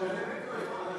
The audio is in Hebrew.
אפשר להוסיף אותי,